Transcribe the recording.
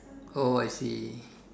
oh I see